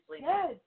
Yes